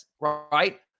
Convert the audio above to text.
right